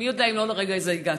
מי יודע אם לא לשם הרגע הזה הגעת.